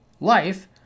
life